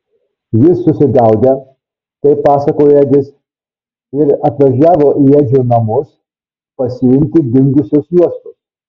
jis susigaudę kaip pasakojo edis ir atvažiavo į edžio namus pasiimti dingusios juostos